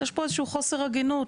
יש פה איזשהו חוסר הגינות.